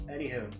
Anywho